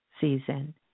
season